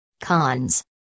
Cons